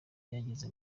yageze